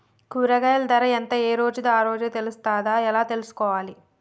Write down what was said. కూరగాయలు ధర ఎంత ఏ రోజుది ఆ రోజే తెలుస్తదా ఎలా తెలుసుకోవాలి?